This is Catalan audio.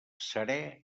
serè